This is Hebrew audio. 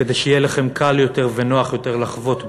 כדי שיהיה לכם קל יותר ונוח יותר לחבוט בו.